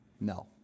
no